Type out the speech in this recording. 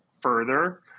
further